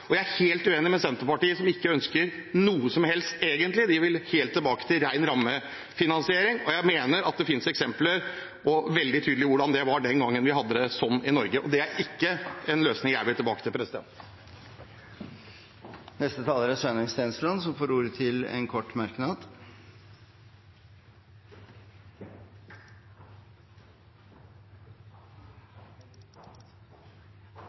og jeg er helt uenig med Senterpartiet, som ikke ønsker noe som helst, egentlig. De vil helt tilbake til en ren rammefinansiering. Det finnes veldig tydelige eksempler på hvordan det var den gangen vi hadde det slik i Norge, og det er ikke en løsning jeg vil tilbake til. Representanten Sveinung Stensland har hatt ordet to ganger tidligere og får ordet til en kort merknad,